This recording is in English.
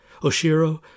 Oshiro